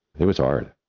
it was hard.